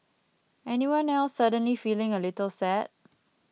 anyone else suddenly feeling a little sad